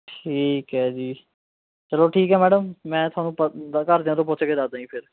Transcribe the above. ਠੀਕ ਹੈ ਜੀ ਚੱਲੋ ਠੀਕ ਹੈ ਮੈਡਮ ਮੈਂ ਤੁਹਾਨੂੰ ਪਤ ਘਰਦਿਆਂ ਤੋਂ ਪੁੱਛ ਕੇ ਦੱਸਦਾ ਜੀ ਫਿਰ